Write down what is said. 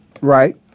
right